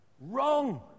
Wrong